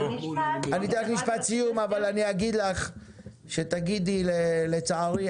אבל אני אגיד לך שתגידי לצערי,